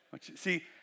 see